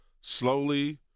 slowly